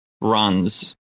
runs